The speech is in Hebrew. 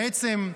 בעצם,